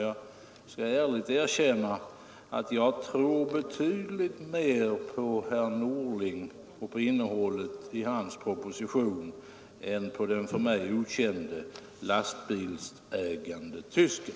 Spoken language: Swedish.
Jag skall ärligt erkänna att jag tror betydligt mer på herr Norling och på innehållet i hans proposition än på den för mig okände lastbilsägande tysken.